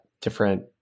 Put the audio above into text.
different